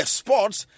sports